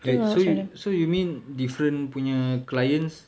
wait so so you mean different punya clients